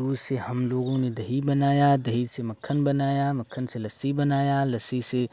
दूध से हमलोगों ने दही बनाया दही से मक्खन बनाया मक्खन से लस्सी बनाया लस्सी से